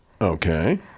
Okay